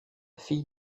fille